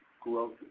growth